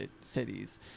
cities